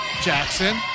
Jackson